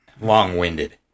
Long-winded